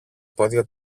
πόδια